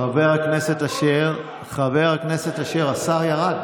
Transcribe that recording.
חבר הכנסת אשר, השר ירד.